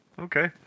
Okay